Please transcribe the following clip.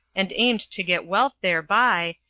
and aimed to get wealth thereby,